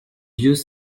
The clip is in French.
vieux